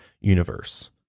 universe